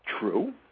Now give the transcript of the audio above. true